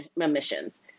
emissions